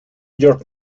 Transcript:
york